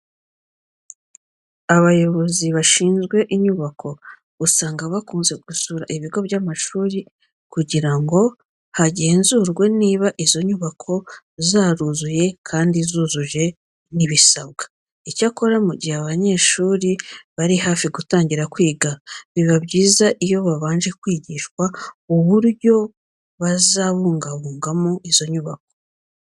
Abayobozi bashinzwe inyubako usanga bakunze gusura ibigo by'amashuri kugira ngo hagenzurwe niba izo nyubako zaruzuye kandi zujuje n'ibisabwa. Icyakora mu gihe abanyeshuri bari hafi gutangira kwiga biba byiza iyo babanje kwigishwa uburyo bazabungabungamo izo nyubako.